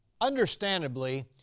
Understandably